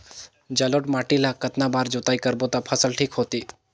जलोढ़ माटी ला कतना बार जुताई करबो ता फसल ठीक होती?